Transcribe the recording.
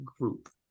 group